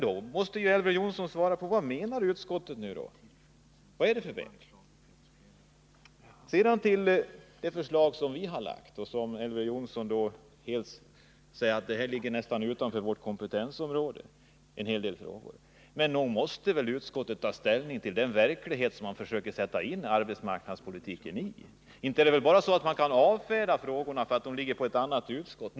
Då måste ju Elver Jonsson svara på frågan: Vad menar utskottet? Vad är det för väg? Sedan till de förslag som vi har lagt fram och som Elver Jonsson säger ligger nästan utanför utskottets kompetensområde. Men nog måste väl utskottet ta ställning till den verklighet som man försöker sätta in arbetsmarknadspolitiken i. Inte kan man väl bara avfärda förslagen med att de borde behandlas av ett annat utskott.